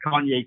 Kanye